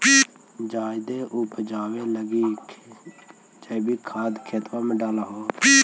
जायदे उपजाबे लगी जैवीक खाद खेतबा मे डाल हो?